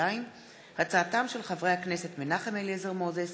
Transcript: דיון בהצעתם של חברי הכנסת מנחם אליעזר מוזס,